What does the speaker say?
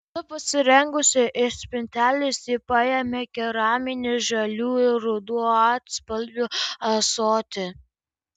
esu pasirengusi iš spintelės ji paėmė keraminį žalių ir rudų atspalvių ąsotį